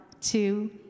two